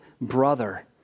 brother